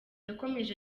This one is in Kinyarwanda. yakomeje